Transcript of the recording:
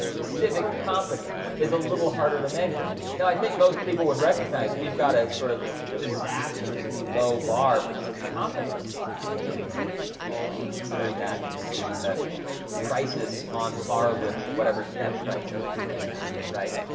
civic competence is a little harder to measure. now i think most people would recognize we got ah sort of disastrously low bar for civic competence in this country and i think we should be considering that to be a crisis on par with whatever stem crisis we may have, right?